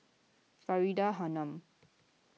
Faridah Hanum